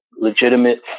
legitimate